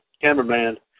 cameraman